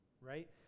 right